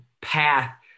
path